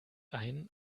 ein